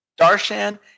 Darshan